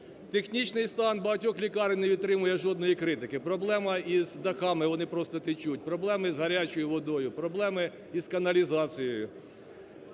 Технічний стан багатьох лікарень не витримує жодної критики: проблема із дахами, вони просто течуть, проблеми з гарячою водою, проблеми із каналізацією.